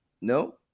No